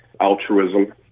altruism